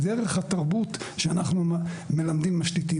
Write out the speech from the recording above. דרך התרבות שאנחנו משתיתים.